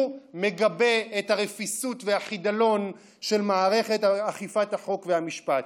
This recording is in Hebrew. הוא מגבה את הרפיסות והחידלון של מערכת אכיפת החוק והמשפט.